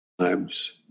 times